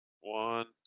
One